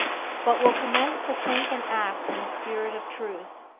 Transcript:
but will commence to think and act in the spirit of truth,